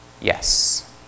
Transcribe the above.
yes